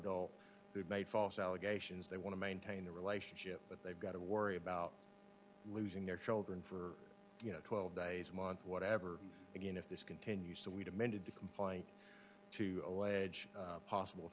adults who have made false allegations they want to maintain the relationship but they've got to worry about losing their children for you know twelve days a month whatever again if this continues so we demanded to comply to allege possible